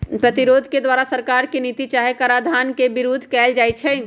प्रतिरोध के द्वारा सरकार के नीति चाहे कराधान के विरोध कएल जाइ छइ